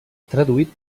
traduït